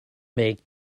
make